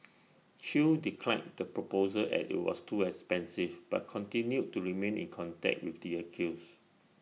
chew declined the proposal as IT was too expensive but continued to remain in contact with the accused